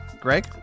Greg